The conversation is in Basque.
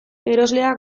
erosleak